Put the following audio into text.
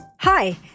Hi